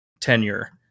tenure